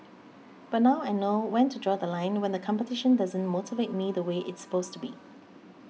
but now I know when to draw The Line when the competition doesn't motivate me the way it's supposed be